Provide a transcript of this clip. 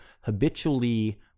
habitually